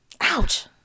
Ouch